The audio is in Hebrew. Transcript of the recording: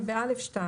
כן, בסעיף (א)(2).